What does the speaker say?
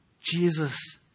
Jesus